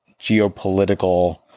geopolitical